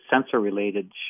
sensor-related